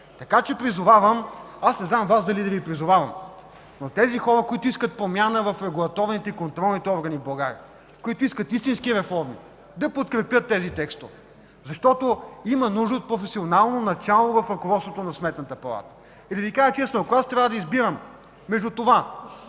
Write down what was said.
колеги! Призовавам, не знам дали Вас да Ви призовавам, но призовавам тези хора, които искат промяна в регулаторните и контролните органи в България, които искат истински реформи, да подкрепят тези текстове, защото има нужда от професионално начало в ръководството на Сметната палата. Да Ви кажа честно, ако аз трябва да избирам между това